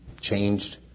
changed